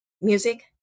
music